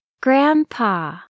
Grandpa